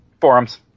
Forums